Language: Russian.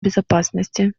безопасности